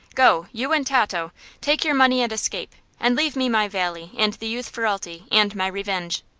go, you and tato take your money and escape. and leave me my valley, and the youth ferralti, and my revenge.